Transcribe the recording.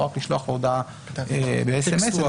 לא רק לשלוח הודעה באס.אמ.אס.